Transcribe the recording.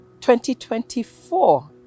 2024